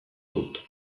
dut